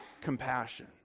compassion